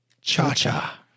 Cha-cha